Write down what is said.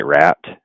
wrapped